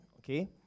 Okay